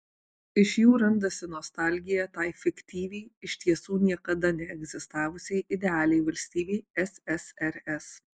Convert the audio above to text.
iš jų randasi nostalgija tai fiktyviai iš tiesų niekada neegzistavusiai idealiai valstybei ssrs